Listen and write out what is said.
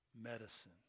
medicine